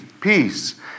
peace